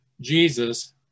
Jesus